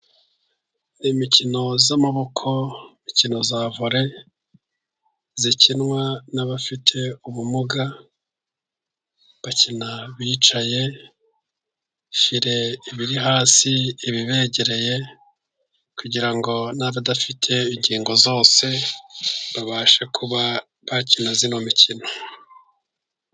Imikino y'amaboko, imikino ya vore ikinwa n'abafite ubumuga. Bakina bicaye. File iba iri hasi ibegereye, kugira ngo n'abadafite ingingo zose babashe kuba bakina ino mikino.